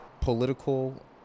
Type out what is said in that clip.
political